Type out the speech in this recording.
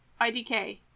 IDK